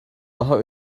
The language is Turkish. daha